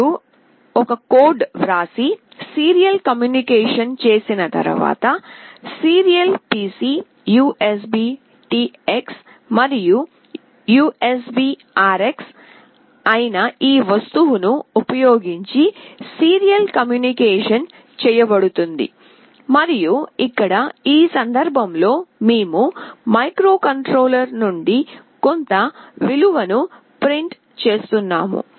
మీరు ఒక కోడ్ వ్రాసి సీరియల్ కమ్యూనికేషన్ చేసిన తర్వాత సీరియల్ PC USBTX మరియు USBRX అయిన ఈ వస్తువును ఉపయోగించి సీరియల్ కమ్యూనికేషన్ చేయబడుతుంది మరియు ఇక్కడ ఈ సందర్భంలో మేము మైక్రోకంట్రోలర్ నుండి కొంత విలువను ప్రింట్ చేస్తున్నాము